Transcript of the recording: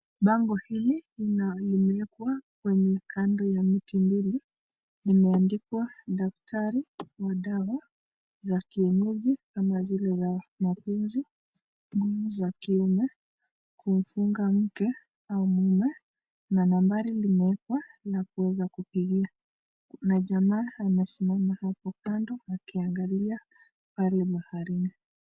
Bango hili lina limewekwa kwenye kando ya miti mbili limeandikwa daktari wa dawa za kienyeji ama zile za mapenzi, nguvu za kiume, kumfunga mke au mume na nambari limeekwa la kuweza kupigia. Na jamaa amesimama hapo kando akiangalia pale baharini.